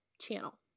channel